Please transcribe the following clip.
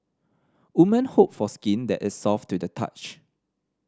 woman hope for skin that is soft to the touch